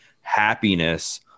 happiness